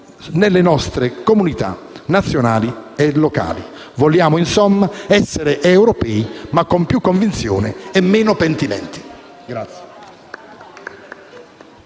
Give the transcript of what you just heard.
Grazie,